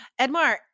Edmar